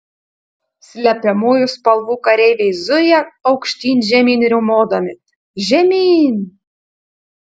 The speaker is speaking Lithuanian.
slepiamųjų spalvų kareiviai zuja aukštyn žemyn riaumodami žemyn